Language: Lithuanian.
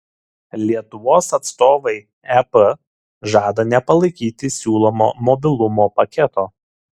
lietuvos atstovai ep žada nepalaikyti siūlomo mobilumo paketo